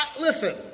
listen